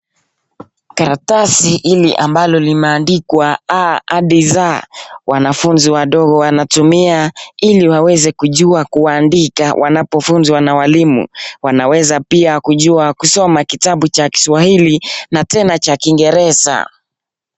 Karatasi hili ambalo limeandikwa a hadi z, wanafunzi wadogo wanatumia ili waweze kujua kuandika wanapofunzwa na walimu. Wanaweza pia kujua kusoma kitabu cha Kiswahili na tena cha Kiingereza.